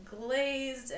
glazed